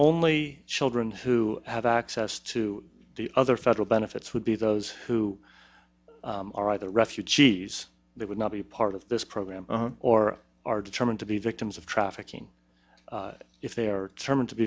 only children who have access to the other federal benefits would be those who are either refugees they would not be part of this program or are determined to be victims of trafficking if they are t